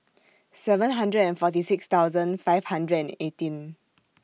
seven hundred and forty six thousand five hundred and eighteen